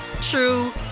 true